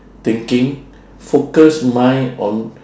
thinking focused mind on